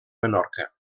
menorca